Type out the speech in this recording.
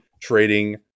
trading